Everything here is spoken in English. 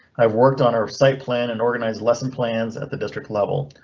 i've worked on our site plan and organize lesson plans at the district level.